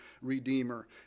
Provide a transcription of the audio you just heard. Redeemer